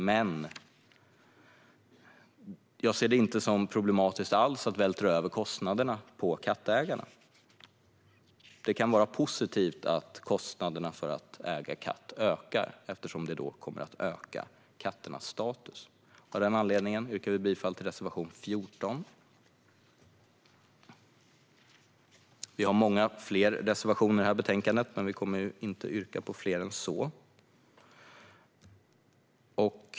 Men jag ser det inte alls som problematiskt att vältra över kostnaderna på kattägarna. Det kan vara positivt att kostnaderna för att äga katt ökar, eftersom det skulle höja katternas status. Av den anledningen yrkar vi bifall till reservation 14. Vi har många fler reservationer i betänkandet. Men vi kommer inte att yrka bifall till fler än dessa.